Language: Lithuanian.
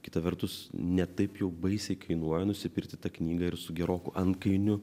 kita vertus ne taip jau baisiai kainuoja nusipirkti tą knygą ir su geroku antkainiu